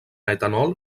etanol